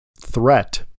threat